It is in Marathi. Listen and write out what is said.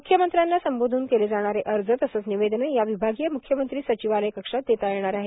म्ख्यमंत्र्यांना संबोधून केले जाणारे अर्ज तसंच निवेदनं या विभागीय म्ख्यमंत्री सचिवालय कक्षात देता येणार आहेत